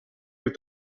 with